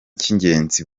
cy’ingenzi